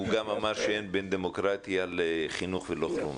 הוא גם אמר שאין בין דמוקרטיה לחינוך ולא כלום.